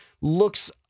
looks